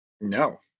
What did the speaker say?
No